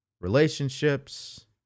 Relationships